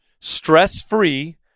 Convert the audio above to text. stress-free